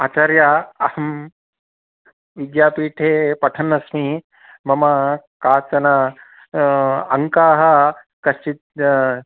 आचार्य अहं विद्यापीठे पठन्नस्मि मम काचन अङ्काः कश्चित्